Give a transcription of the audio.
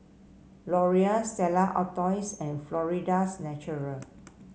Laurier Stella Artois and Florida's Natural